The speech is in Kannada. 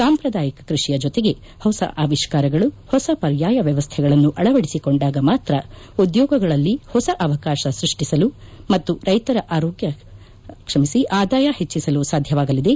ಸಾಂಪ್ರಾದಯಿಕ ಕ್ವಡಿಯ ಜೊತೆಗೆ ಹೊಸ ಆವಿಷ್ಲಾರಗಳು ಹೊಸ ಪರ್ಯಾಯ ವ್ಯವಸ್ಥೆಗಳನ್ನು ಅಳವದಿಸಿಕೊಂಡಾಗ ಮಾತ ಉದ್ಯೋಗಗಳಲ್ಲಿ ಹೊಸ ಅವಕಾಶಗಳನ್ನು ಸ್ಪಷ್ಟಿಸಲು ಮತ್ತು ರೈತರ ಆದಾಯ ಹೆಚ್ಚಿಸಲು ಸಾಧ್ಯವಾಗಲಿದೆ